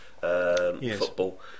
football